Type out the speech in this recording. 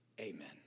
Amen